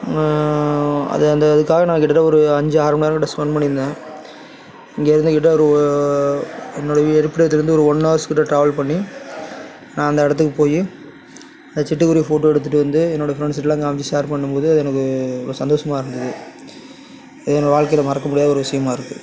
அது அந்த இதுக்காக நான் கிட்டத்தட்ட ஒரு அஞ்சு ஆறுமணி நேரங்கிட்ட ஸ்பெண்ட் பண்ணியிருந்தேன் இங்கேயிருந்து கிட்ட ஒரு என்னோடய இருப்பிடத்திலிருந்து ஒரு ஒன் ஹவர்ஸ் கிட்ட ட்ராவல் பண்ணி நான் அந்த இடத்துக்குப் போய் அந்த சிட்டுக்குருவியை ஃபோட்டோ எடுத்துட்டு வந்து என்னோடய ஃப்ரெண்ட்ஸுட்டலாம் காண்மிச்சி ஷேர் பண்ணும்போது அது எனக்கு ஒரு சந்தோஷமா இருந்தது இது என்னோடய வாழ்க்கையில் மறக்கமுடியாத ஒரு விஷயமா இருக்குது